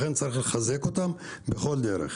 לכן צריך לחזק אותם בכל דרך.